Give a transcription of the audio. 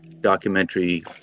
documentary